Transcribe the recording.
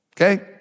okay